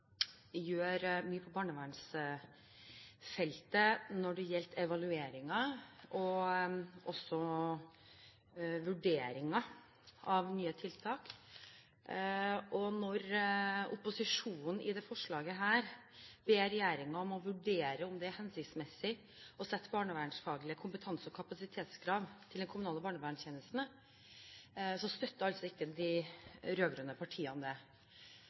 gjør mye på barnevernsfeltet når det gjelder evalueringer og også vurderinger av nye tiltak, og når opposisjonen i dette forslaget ber regjeringen om å vurdere om det er hensiktsmessig å legge barnevernsfaglige kompetanse- og kapasitetskrav til den kommunale barnevernstjenesten, støtter altså ikke de rød-grønne partiene det.